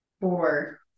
four